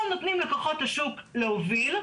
פה נותנים לכוחות שוק להוביל,